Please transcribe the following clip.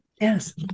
Yes